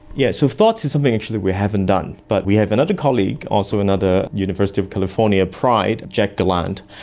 yes, so thoughts is something actually we haven't done, but we have another colleague, also another university of california pride, jack gallant,